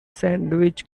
sandwich